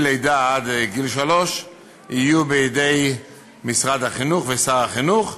לידה עד גיל שלוש יהיו בידי משרד החינוך ושר החינוך,